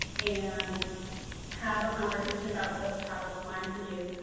and have a conversation about what's top of mind for you.